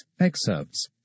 excerpts